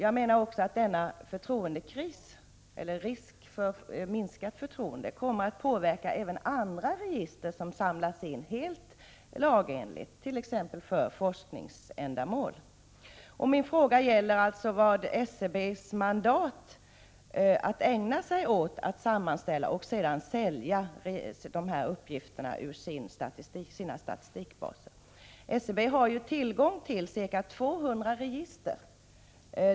Denna risk för minskat förtroende kommer att påverka även andra register med uppgifter som samlas in helt lagenligt för t.ex. forskningsändamål. Min fråga gäller alltså SCB:s mandat att sammanställa och sedan sälja dessa uppgifter ur sina statistikbaser. SCB har ju tillgång till ca 200 register.